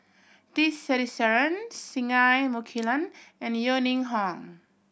T Sasitharan Singai Mukilan and Yeo Ning Hong